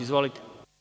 Izvolite.